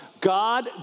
God